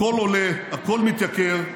הכול עולה, הכול מתייקר,